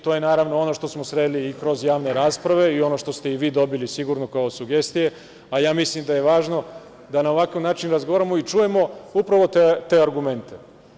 To je naravno ono što smo sreli i kroz javne rasprave i ono što ste i vi dobili sigurno kao sugestije, a mislim da je važno da na ovakav način razgovaramo i čujemo upravo te argumente.